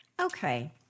okay